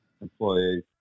Employees